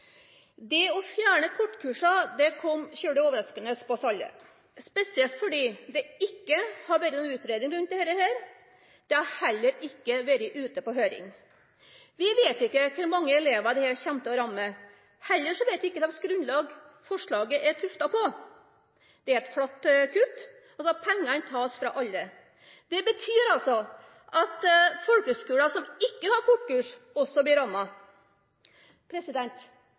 Det å fjerne kortkursene kom veldig overraskende på oss alle, spesielt fordi det ikke har vært noen utredninger av dette. Det har heller ikke vært ute på høring. Vi vet ikke hvor mange elever dette kommer til å ramme. Vi vet heller ikke hva slags grunnlag forslaget er tuftet på. Det er et flatt kutt, pengene tas fra alle. Det betyr at folkehøyskoler som ikke har kortkurs, også blir